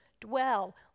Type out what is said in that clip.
dwell